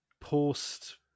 post